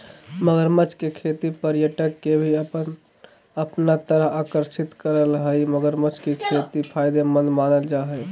मगरमच्छ के खेती पर्यटक के भी अपना तरफ आकर्षित करअ हई मगरमच्छ के खेती फायदेमंद मानल जा हय